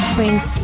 brings